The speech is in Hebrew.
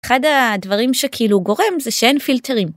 אחד הדברים שכאילו גורם זה שאין פילטרים.